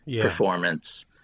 performance